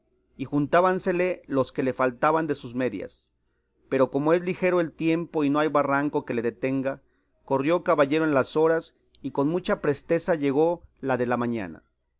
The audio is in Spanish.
y juntábansele los que le faltaban de sus medias pero como es ligero el tiempo y no hay barranco que le detenga corrió caballero en las horas y con mucha presteza llegó la de la mañana